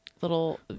little